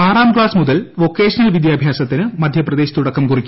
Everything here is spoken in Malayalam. ആറാം ക്ലാസ്ക് മുതൽ വൊക്കേഷണൽ വിദ്യാഭ്യാസത്തിന് മധ്യപ്രദേശ് തുടക്ക്ംകുറിക്കും